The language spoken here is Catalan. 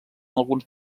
alguns